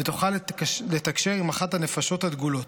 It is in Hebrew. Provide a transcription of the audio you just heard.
ותוכל לתקשר עם אחת הנפשות הדגולות.